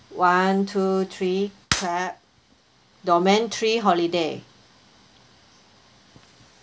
one two three clap domain three holiday